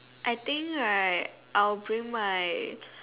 I think right I'll bring my